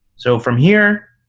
so from here,